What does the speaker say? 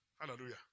Hallelujah